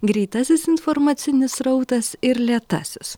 greitasis informacinis srautas ir lėtasis